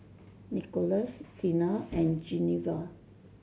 Nickolas Teena and Geneva